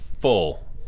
full